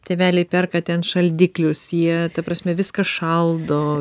tėveliai perka ten šaldiklius jie ta prasme viską šaldo